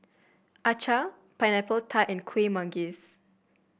acar Pineapple Tart and Kuih Manggis